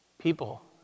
People